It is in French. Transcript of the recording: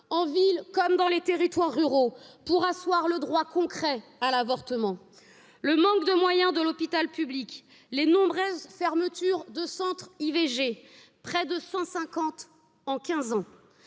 collègues, comme dans les territoires ruraux pour asseoir le droit concret à l'avortement le manque de moyens de l'hôpital public les nombreuses fermetures de centres v g de cent